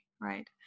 right